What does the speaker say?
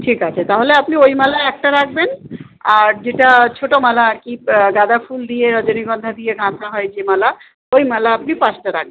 ঠিক আছে তাহলে আপনি ওই মালা একটা রাখবেন আর যেটা ছোটো মালা আর কি গাঁদাফুল দিয়ে রজনীগন্ধা দিয়ে গাঁথা হয় যে মালা ওই মালা আপনি পাঁচটা রাখবেন